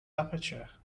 aperture